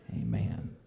Amen